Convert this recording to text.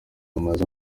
bamaze